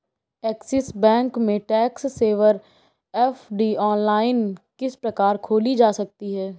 Axis bank में tax saver FD online किस प्रकार खोली जा सकती है?